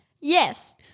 Yes